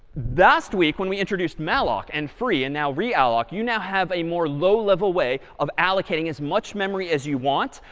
last week when we introduced malloc and free and now realloc, you now have a more low level way of allocating as much memory as you want.